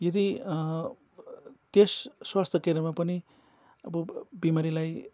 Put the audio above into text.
यदि त्यस स्वास्थ्य केन्द्रमा पनि अब बिमारीलाई